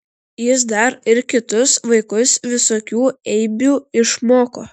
jis dar ir kitus vaikus visokių eibių išmoko